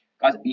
guys